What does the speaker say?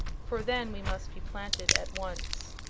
for then we must be planted at once.